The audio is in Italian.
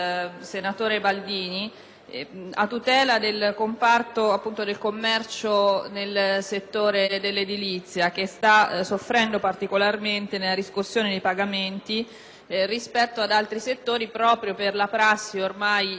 del commercio nel settore dell'edilizia, che sta soffrendo particolarmente nella riscossione dei pagamenti rispetto ad altri settori. Ciò è dovuto alla prassi, ormai invalsa, tra le imprese di costruzione a differire i pagamenti